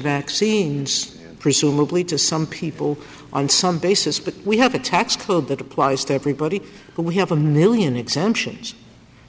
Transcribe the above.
vaccines presumably to some people on some basis but we have a tax code that applies to everybody who we have a million exemptions